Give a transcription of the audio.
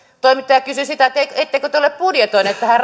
toimittaja kysyi että ettekö te ole budjetoineet tähän